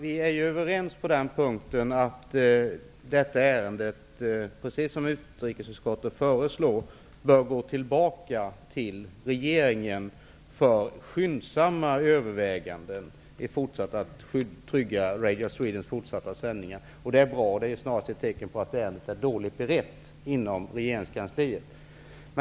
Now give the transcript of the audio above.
Herr talman! Vi är överens om att detta ärende -- precis som utrikesutskottet föreslår -- bör gå tillbaka till regeringen för skyndsamma överväganden i syfte att trygga Radio Swedens fortsatta sändningar. Det är bra; det är snarast ett tecken på att ärendet är dåligt berett inom regeringskansliet.